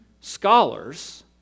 scholars